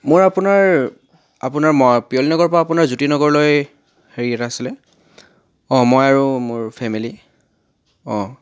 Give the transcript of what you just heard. মোৰ আপোনাৰ আপোনাৰ ম পিয়ল নগৰ পৰা আপোনাৰ জ্যোতিনগৰলৈ হেৰি এটা আছিলে অঁ মই আৰু মোৰ ফেমিলী অঁ